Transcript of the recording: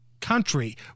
country